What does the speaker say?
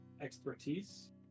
expertise